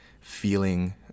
feeling